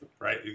right